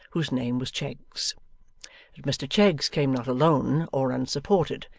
whose name was cheggs. but mr cheggs came not alone or unsupported,